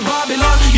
Babylon